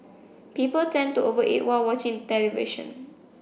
people tend to over eat while watching the television